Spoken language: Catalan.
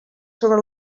sobre